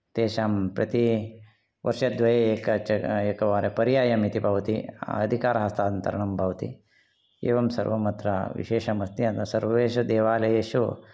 तेषां प्रति वर्षद्वये एक एकवारं पर्यायम् इति भवति अधिकारहस्तान्तरणं भवति एवं सर्वं अत्र विशेषं अस्ति अत्र सर्वेषु देवालयेषु